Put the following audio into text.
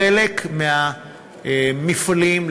לחלק מהמפעלים,